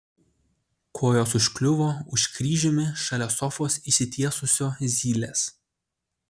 kojos užkliuvo už kryžiumi šalia sofos išsitiesusio zylės